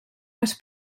les